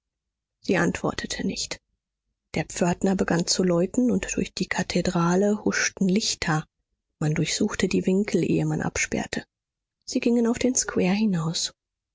sie antwortete nicht der pförtner begann zu läuten und durch die kathedrale huschten lichter man durchsuchte die winkel ehe man absperrte sie gingen auf den square hinaus